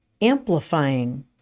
Amplifying